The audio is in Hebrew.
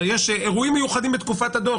יש הרי אירועים מיוחדים בתקופת הדוח.